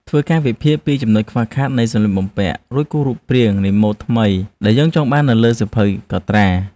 ធ្វើការវិភាគពីចំណុចខ្វះខាតនៃសម្លៀកបំពាក់ រួចគូររូបព្រាងនៃម៉ូដថ្មីដែលយើងចង់បាននៅលើសៀវភៅកត់ត្រា។